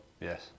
Yes